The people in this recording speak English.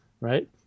right